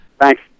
Thanks